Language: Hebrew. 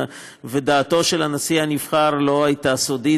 ודעתו של הנשיא הנבחר לא הייתה סודית,